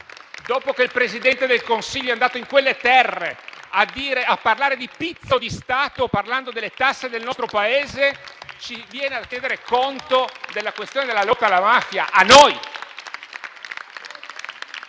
Dopo che il Presidente del Consiglio è andata in quelle terre a parlare di pizzo di Stato in riferimento alle tasse del nostro Paese, ci viene a chiedere conto della questione della lotta alla mafia? A noi?